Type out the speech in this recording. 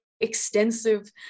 extensive